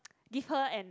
give her and